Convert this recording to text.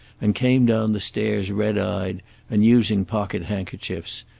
and came down the stairs red-eyed and using pocket-hand-kerchiefs,